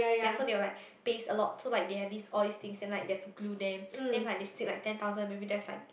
ya so they were like paste a lot so like they have these oil things then like they have to glue them then like they stick like ten thousand or maybe just like